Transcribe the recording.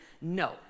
No